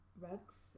rugs